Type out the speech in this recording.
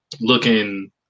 looking –